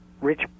rich